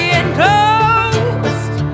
enclosed